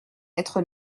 être